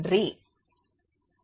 நன்றி